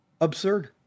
absurd